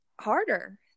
harder